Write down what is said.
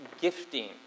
gifting